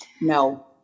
no